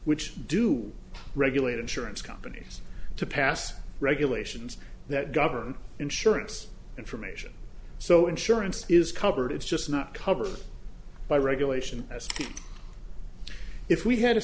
which do regulate insurance companies to pass regulations that govern insurance information so insurance is covered it's just not covered by regulation as if we had a